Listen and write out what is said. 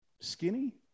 Skinny